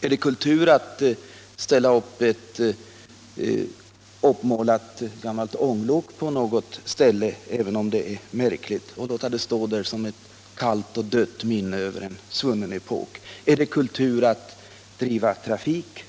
Är det kultur att ställa ett uppmålat gammalt ånglok på något ställe och låta det stå där som ett kallt och dött minne över en svunnen epok? Är det kultur att driva trafik?